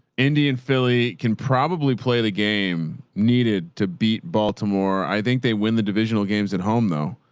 indian philly can probably play the game needed to beat baltimore. i think they win the divisional games at home though.